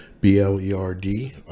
B-L-E-R-D